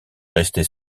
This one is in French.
restez